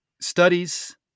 studies